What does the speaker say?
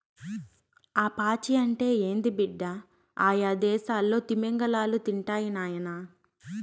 ఆ పాచి అంటే ఏంది బిడ్డ, అయ్యదేసాల్లో తిమింగలాలు తింటాయి నాయనా